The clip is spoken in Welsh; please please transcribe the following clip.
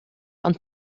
ond